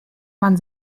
man